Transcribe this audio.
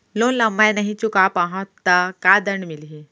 Loan ला मैं नही चुका पाहव त का दण्ड मिलही?